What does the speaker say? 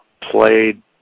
played